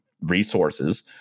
resources